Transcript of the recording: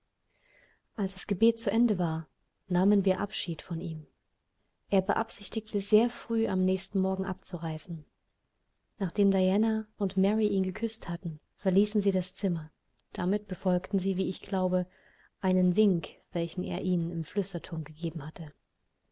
als das gebet zu ende war nahmen wir abschied von ihm er beabsichtigte sehr früh am nächsten morgen abzureisen nachdem diana und mary ihn geküßt hatten verließen sie das zimmer damit befolgten sie wie ich glaube einen wink welchen er ihnen im flüsterton gegeben hatte